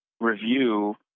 review